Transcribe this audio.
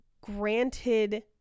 granted